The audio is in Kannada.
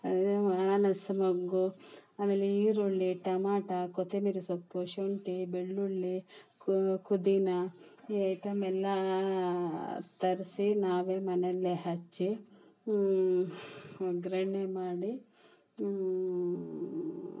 ಮಾನಸ ಮೊಗ್ಗು ಅಮೇಲೆ ಈರುಳ್ಳಿ ಟಮಾಟ ಕೊತ್ತಮಿರಿ ಸೊಪ್ಪು ಶುಂಠಿ ಬೆಳ್ಳುಳ್ಳಿ ಕುದೀನ ಈ ಐಟಮೆಲ್ಲಾ ತರಿಸಿ ನಾವೇ ಮನೆಯಲ್ಲಿ ಹೆಚ್ಚಿ ಒಗ್ಗರಣೆ ಮಾಡಿ